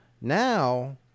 now